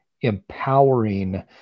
empowering